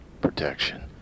protection